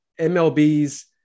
MLB's